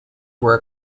were